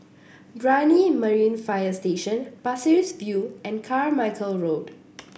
Brani Marine Fire Station Pasir Ris View and Carmichael Road